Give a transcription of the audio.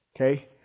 Okay